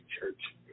Church